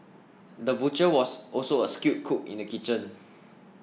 the butcher was also a skilled cook in the kitchen